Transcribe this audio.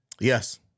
Yes